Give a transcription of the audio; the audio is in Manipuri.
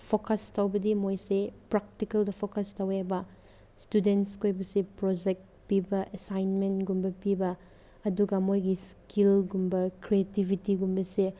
ꯐꯣꯀꯁ ꯇꯧꯕꯗꯤ ꯃꯣꯏꯁꯦ ꯄ꯭ꯔꯥꯛꯇꯤꯀꯦꯜꯗ ꯐꯣꯀꯁ ꯇꯧꯋꯦ ꯍꯥꯏꯕ ꯏꯁꯇꯨꯗꯦꯟꯁ ꯑꯣꯏꯕꯁꯦ ꯄ꯭ꯔꯣꯖꯦꯛ ꯄꯤꯕ ꯑꯦꯁꯥꯏꯟꯃꯦꯟꯒꯨꯝꯕ ꯄꯤꯕ ꯑꯗꯨꯒ ꯃꯣꯏꯒꯤ ꯏꯁꯀꯤꯜꯒꯨꯝꯕ ꯀ꯭ꯔꯤꯌꯦꯇꯤꯕꯤꯇꯤꯒꯨꯝꯕꯁꯦ